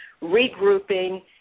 regrouping